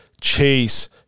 Chase